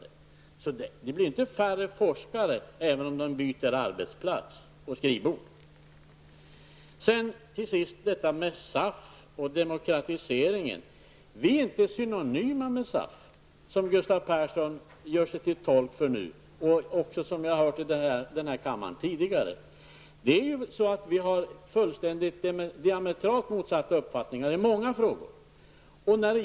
Forskarna blir inte färre för att de byter arbetsplats och skrivbord. Till sist beträffande SAF och demokratiseringen: Vi är inte synonyma med SAF, som Gustav Persson tolkar det hela och som jag också hört här i kammaren tidigare. Vi har diametralt motsatta uppfattningar i många frågor.